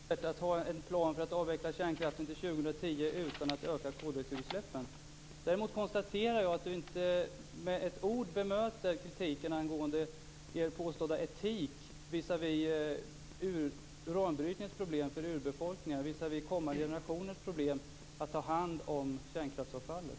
Fru talman! Jag vet inte om det är dystert att ha en plan för att avveckla kärnkraften till år 2010 utan att öka koldioxidutsläppen. Däremot konstaterar jag att Inger Strömbom inte med ett ord bemöter kritiken angående er påstådda etik visavi uranbrytningens problem för urbefolkningen och visavi kommande generationers problem med att hand om kärnkraftsavfallet.